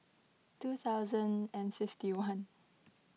two thousand and fifty one